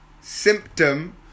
symptom